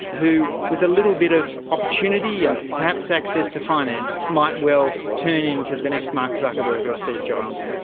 who with a little bit of opportunity and perhaps access to finance might well turn into the next mark zuckerberg or steve jobs.